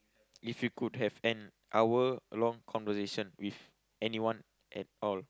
if you could have an hour of long conversation with anyone at all